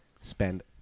spend